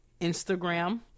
Instagram